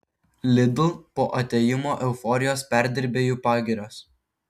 lidl po atėjimo euforijos perdirbėjų pagirios